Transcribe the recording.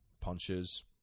punches